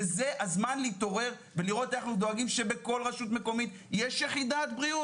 וזה הזמן להתעורר ולראות איך דואגים שבכל רשות מקומית יש יחידת בריאות,